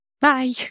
bye